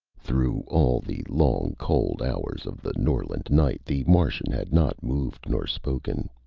through all the long cold hours of the norland night the martian had not moved nor spoken.